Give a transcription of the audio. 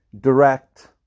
direct